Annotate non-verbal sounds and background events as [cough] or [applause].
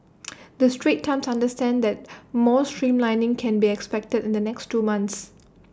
[noise] the straits times understands that more streamlining can be expected in the next two months